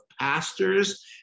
pastors